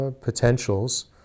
potentials